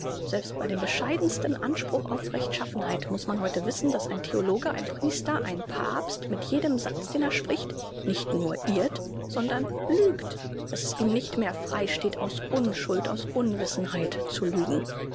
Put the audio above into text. selbst bei dem bescheidensten anspruch auf rechtschaffenheit muß man heute wissen daß ein theologe ein priester ein papst mit jedem satz den er spricht nicht nur irrt sondern lügt daß es ihm nicht mehr freisteht aus unschuld aus unwissenheit zu lügen